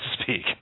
speak